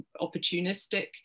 opportunistic